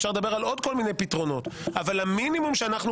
אפשר לדבר על עוד כל מיני פתרונות אבל המינימום שאנחנו